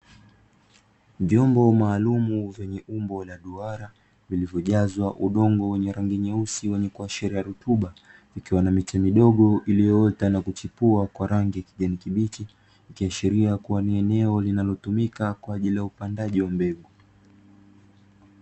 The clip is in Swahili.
Vyombo maalumu vyenye umbo la duara, vilivyojazwa udongo wa rangi nyeusi, wenye kuashiria rutuba. Ikiwa na michi midogo iliyoota na kuchipua kwa rangi ya kijani kibichi, ikiashiria kuwa ni eneo linalotumika kwa ajili ya upandaji wa mbegu.